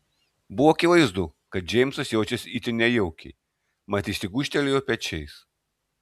buvo akivaizdu kad džeimsas jaučiasi itin nejaukiai mat jis tik gūžtelėjo pečiais